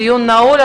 הדיון נעול,